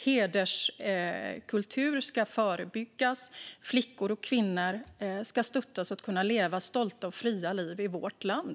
Hederskultur ska förebyggas, och flickor och kvinnor ska stöttas så att de kan leva stolta och fria liv i vårt land.